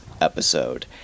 episode